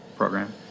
Program